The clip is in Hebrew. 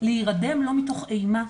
להירדם לא מתוך אימה,